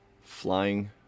flying